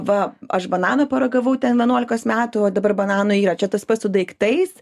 va aš bananų paragavau ten vienuolikos metų o dabar bananų yra čia tas pats su daiktais